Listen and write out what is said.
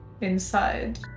inside